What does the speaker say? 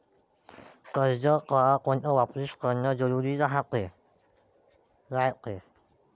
कर्ज कवापर्यंत वापिस करन जरुरी रायते?